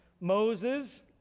moses